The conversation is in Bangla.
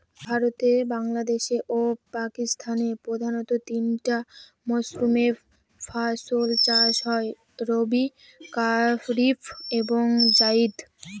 ভারতে বাংলাদেশে ও পাকিস্তানে প্রধানত তিনটা মরসুমে ফাসল চাষ হয় রবি কারিফ এবং জাইদ